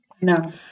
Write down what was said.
No